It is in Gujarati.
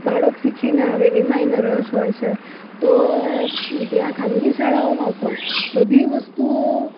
બાળક શીખીને આવે એમાં એને રસ હોય છે તો ત્યાં ખાનગી શાળાઓમાં પણ બધી વસ્તુઓ